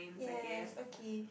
yes okay